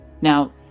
Now